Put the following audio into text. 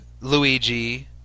Luigi